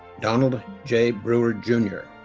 donald j. brewer jr.